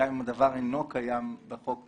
גם אם הדבר אינו קיים בחוק